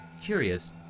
curious